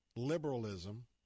liberalism